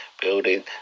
building